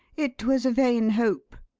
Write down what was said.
it was a vain hope.